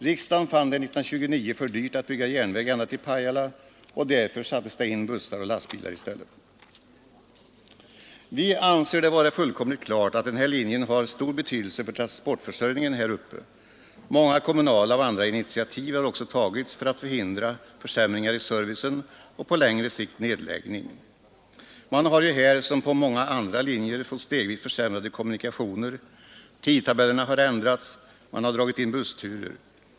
Riksdagen fann det 1929 för dyrt att bygga järnväg ända till Pajala, och därför sattes det in bussar och lastbilar i stället. Vi anser det vara fullkomligt klart att den här linjen har stor betydelse för transportförsörjningen där uppe. Många kommunala och andra initiativ har också tagits för att hindra försämringar i servicen och på längre sikt nedläggning. Man har här som på många andra linjer fått stegvis försämrade kommunikationer, tidtabellerna har ändrats, man har dragit in bussturer.